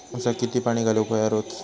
ऊसाक किती पाणी घालूक व्हया रोज?